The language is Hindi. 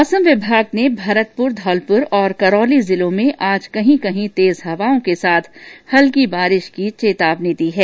मौसम विभाग ने भरतपुर धौलपुर और करौली जिलों में आज कहीं कहीं तेज हवाओं के साथ हल्की बारिश की चेतावनी दी है